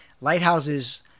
Lighthouses